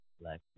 Black